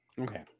Okay